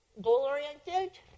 goal-oriented